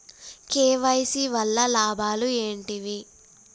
KYC వల్ల లాభాలు ఏంటివి?